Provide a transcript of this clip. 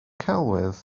celwydd